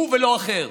הוא ולא אחר,